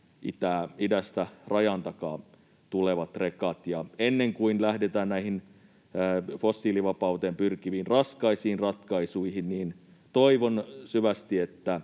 idästä rajan takaa tulevat rekat. Ennen kuin lähdetään näihin fossiilivapauteen pyrkiviin raskaisiin ratkaisuihin, niin toivon syvästi, että